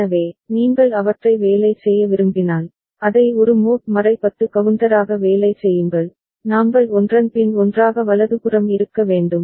எனவே நீங்கள் அவற்றை வேலை செய்ய விரும்பினால் அதை ஒரு மோட் 10 கவுண்டராக வேலை செய்யுங்கள் நாங்கள் ஒன்றன் பின் ஒன்றாக வலதுபுறம் இருக்க வேண்டும்